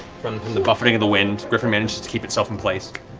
from the buffeting of the wind, griffon manages to keep itself in place.